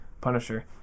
Punisher